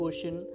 Ocean